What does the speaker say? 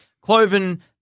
Cloven